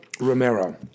Romero